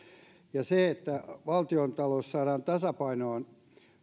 ja että valtiontalous saadaan tasapainoon